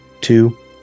two